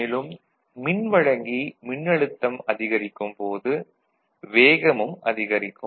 மேலும் மின்வழங்கி மின்னழுத்தம் அதிகரிக்கும் போது வேகமும் அதிகரிக்கும்